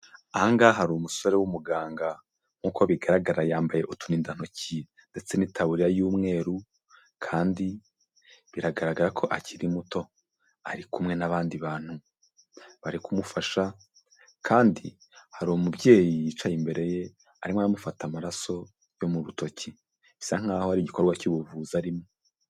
Aha ngaha hari umusore w'umuganga, nk'uko bigaragara yambaye uturindantoki ndetse n'itaburiya y'umweru kandi biragaragara ko akiri muto, ari kumwe n'abandi bantu bari kumufasha, kandi hari umubyeyi yicaye imbereye, arimo aramufata amaraso yo mu rutoki, bisa nk'aho ari igikorwa cy'ubuvuzi arimo.